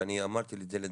ואני אמרתי את זה לדפנה,